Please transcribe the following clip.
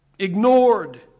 Ignored